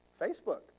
Facebook